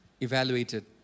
evaluated